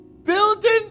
building